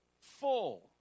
full